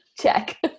Check